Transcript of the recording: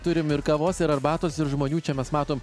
turim ir kavos ir arbatos ir žmonių čia mes matom